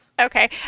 okay